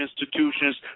institutions